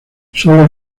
solo